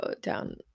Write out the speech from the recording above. down